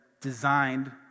designed